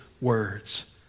words